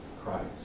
Christ